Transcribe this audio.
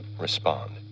respond